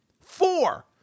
Four